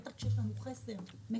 בטח כשיש לנו חסר מטורף.